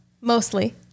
mostly